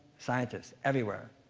scientists everywhere.